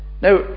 Now